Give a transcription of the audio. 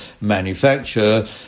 manufacture